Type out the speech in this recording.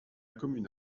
commune